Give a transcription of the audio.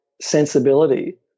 sensibility